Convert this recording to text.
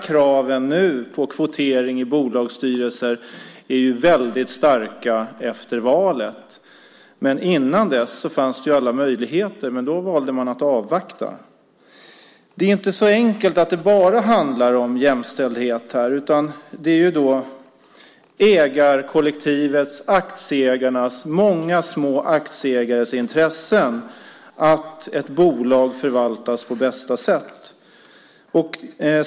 Kraven på kvotering i bolagsstyrelser är nu väldigt starka efter valet. Innan dess fanns ju alla möjligheter. Men då valde man att avvakta. Det är inte så enkelt att det bara handlar om jämställdhet. Det är ägarkollektivets, de många små aktieägarnas, intresse att ett bolag förvaltas på bästa sätt.